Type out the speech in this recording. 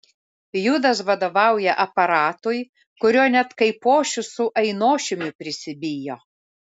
judas vadovauja aparatui kurio net kaipošius su ainošiumi prisibijo